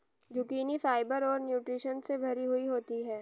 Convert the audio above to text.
zucchini fibre और nutritions से भरी हुई होती है